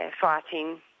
fighting